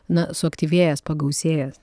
na suaktyvėjęs pagausėjęs